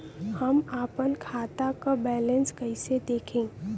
हम आपन खाता क बैलेंस कईसे देखी?